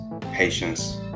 patience